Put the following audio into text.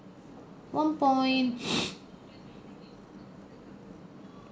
one point